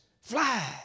fly